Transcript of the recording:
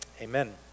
Amen